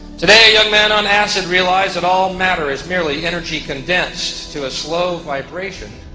today a young man on acid realized that all matter is merely energy condensed to a slow vibration,